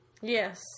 Yes